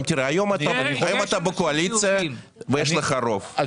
היום אתה בקואליציה ויש לך רוב,